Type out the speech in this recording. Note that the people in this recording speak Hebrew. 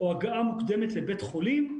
או הגעה מוקדמת לבית חולים.